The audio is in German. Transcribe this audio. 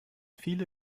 viele